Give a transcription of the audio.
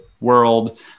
world